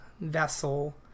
Vessel